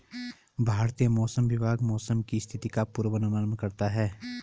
भारतीय मौसम विभाग मौसम की स्थिति का पूर्वानुमान करता है